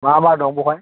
मा मा दं बेवहाय